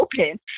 open